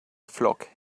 flock